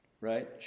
right